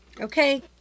Okay